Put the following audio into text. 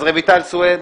אז רויטל סויד,